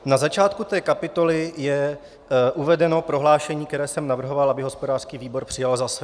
Na začátku té kapitoly je uvedeno prohlášení, které jsem navrhoval, aby hospodářský výbor přijal za své.